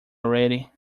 already